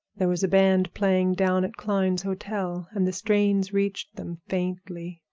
there was a band playing down at klein's hotel, and the strains reached them faintly,